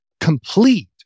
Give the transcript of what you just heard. complete